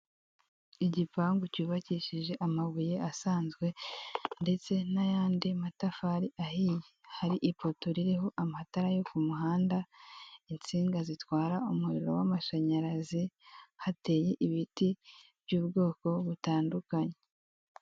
Igipangu cyubakishijwe amabuye asanzwe ndetse n'ayandi matafari ahiye, hari ipoto ririho amatara yo ku muhanda, insinga zitwara umuriro w'amashanyarazi, hateye ibiti by'ubwoko butandukanye.